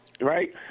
right